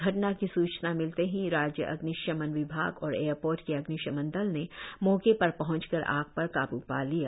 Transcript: घटना की सूचना मिलते ही राज्य अग्निशमन विभाग और एयरपोर्ट के अग्निशमन दल ने मौके पर पहंचकर आग पर काब् पा लिया